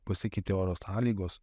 pasikeitė oro sąlygos